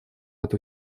эту